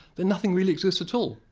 and nothing really exists at all.